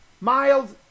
Miles